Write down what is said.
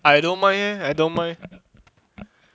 I don't mind eh I don't mind